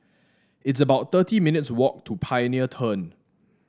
it's about thirty minutes' walk to Pioneer Turn